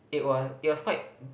it was it was quite